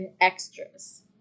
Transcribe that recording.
extras